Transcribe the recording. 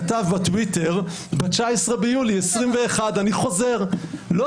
כתב בטוויטר ב-19 ביולי 2021. אני חוזר "לא